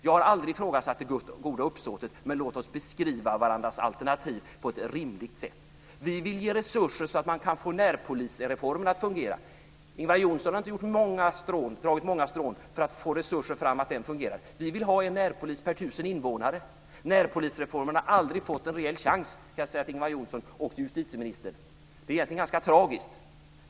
Jag har aldrig ifrågasatt det goda uppsåtet, men låt oss beskriva varandras alternativ på ett rimligt sätt. Vi vill ge resurser så att man kan få närpolisreformen att fungera. Ingvar Johnsson har inte dragit många strån till stacken för att få fram resurser så att det ska fungera. Vi vill ha en närpolis per tusen invånare. Närpolisreformen har aldrig fått en rejäl chans, kan jag säga till Ingvar Johnsson och justitieministern. Det är egentligen ganska tragiskt.